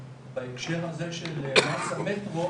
מס אמת,